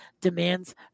demands